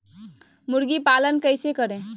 मुर्गी पालन कैसे करें?